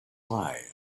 lie